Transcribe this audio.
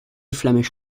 flemish